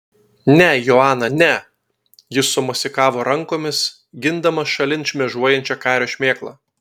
ne joana ne jis sumosikavo rankomis gindamas šalin šmėžuojančią kario šmėklą